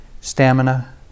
stamina